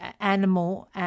animal